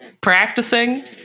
practicing